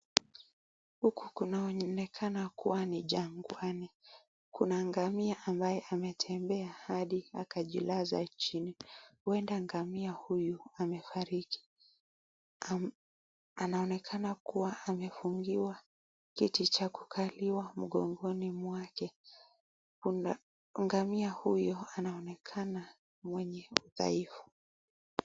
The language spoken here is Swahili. Huku kunaonekana kuwa ni jangwani, kuna ngamia ambaye ametembea hadi akajilaza chini, huenda ngamia huyu amefariki. Anaoneka kuwa amefungiwa kiti cha kukaliwa mgongni mwake. Ngamia huyu anaonekana mwenye udhaifu.